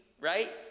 right